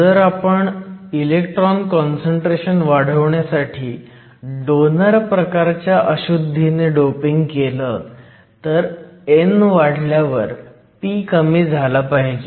जर आपण electron concentration वाढवण्यासाठी डोनर प्रकारच्या अशुध्दी ने डोपिंग केलं तर n वाढल्यावर p कमी झाला पाहिजे